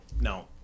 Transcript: no